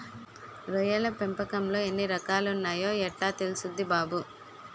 రొయ్యల పెంపకంలో ఎన్ని రకాలున్నాయో యెట్టా తెల్సుద్ది బాబూ?